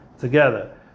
together